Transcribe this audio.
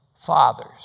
fathers